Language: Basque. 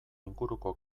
inguruko